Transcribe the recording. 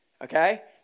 Okay